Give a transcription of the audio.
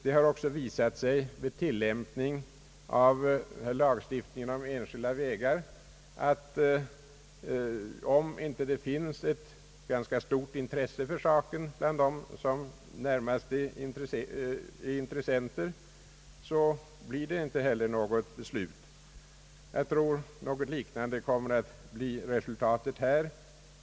Det har också visat sig vid tilllämpning av lagstiftningen om enskilda vägar att om det inte finns ett stort intresse för saken bland dem, som närmast är intressenter, så blir det inte heller något beslut. Jag tror något liknande kommer att bli resultatet här.